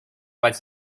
was